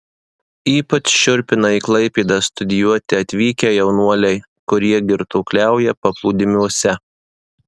ypač šiurpina į klaipėdą studijuoti atvykę jaunuoliai kurie girtuokliauja paplūdimiuose